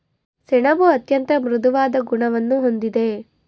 ಸೆಣಬು ಅತ್ಯಂತ ಮೃದುವಾದ ಗುಣವನ್ನು ಹೊಂದಿದೆ